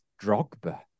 Drogba